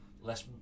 less